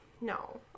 no